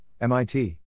MIT